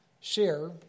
share